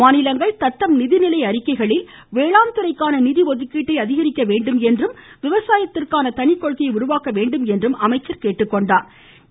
மாநிலங்கள் தத்தம் நிதிநிலை அறிக்கைகளில் வேளாண்துறைக்கான நிதி ஒதுக்கீட்டை அதிகரிக்க வேண்டும் என்றும் விவசாயத்திற்கான தனிக்கொள்கையை உருவாக்க வேண்டும் என்றும் கேட்டுக்கொண்டாா்